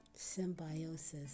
Symbiosis